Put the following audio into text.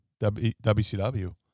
WCW